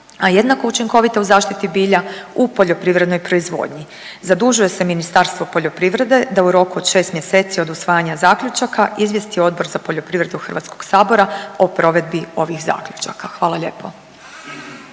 a jednako učinkovita u zaštiti bilja u poljoprivrednoj proizvodnji. Zadužuje se Ministarstvo poljoprivrede da u roku od 6 mjeseci od usvajanja zaključaka izvijesti Odbor za poljoprivredu Hrvatskog sabora o provedbi ovih zaključaka. Hvala lijepo.